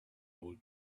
old